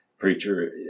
Preacher